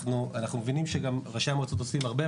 אנחנו מבינים שגם ראשי המועצות עושים הרבה,